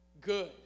good